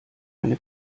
eine